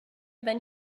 than